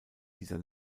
dieser